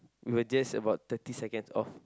we were just about thirty seconds off